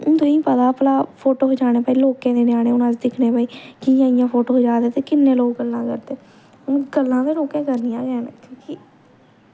हून तुसेंगी पता भला फोटो खचाने भाई लोकें दे ञ्यानें अस दिक्खने आं भाई कि'यां कि'यां फोटो खचा दे ते किन्ने लोग गल्लां करदे हून गल्लां ते लोकें करनियां गै न क्योंकि